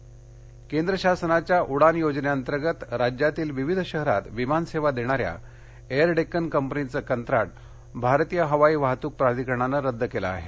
उडान केंद्र शासनाच्या उडान योजने अंतर्गत राज्यातील विविध शहरात विमानसेवा देणाऱ्या एयर डेक्कन कंपनीचं कंत्राट भारतीय हवाई वाहतूक प्राधिकरणानं रद्द केलं आहे